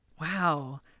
wow